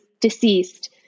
deceased